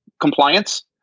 Compliance